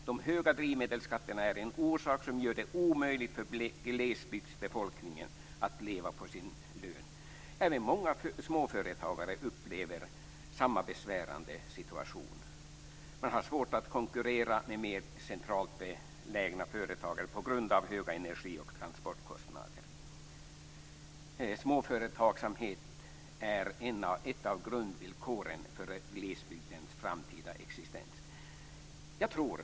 De höga drivmedelsskatterna är en orsak till att det är omöjligt för glesbygdsbefolkningen att leva på sin lön. Många småföretagare upplever samma besvärande situation. De har svårt att konkurrera med mer centralt belägna företagare på grund av höga energi och transportkostnader. Småföretagsamhet är ett av grundvillkoren för glesbygdens framtida existens. Fru talman!